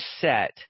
set